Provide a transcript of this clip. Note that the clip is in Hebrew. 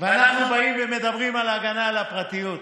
ואנחנו באים ומדברים על ההגנה על הפרטיות.